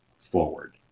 forward